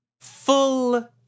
Full